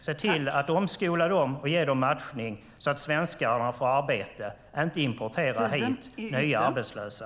Se till att omskola de människorna och ge dem matchning så att svenskarna får arbete, och importera inte hit nya arbetslösa.